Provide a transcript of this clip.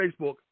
Facebook